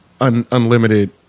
Unlimited